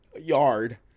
yard